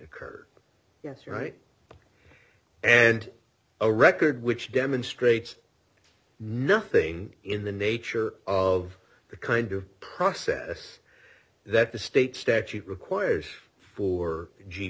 occurred yes right and a record which demonstrates nothing in the nature of the kind of process that the state statute requires for g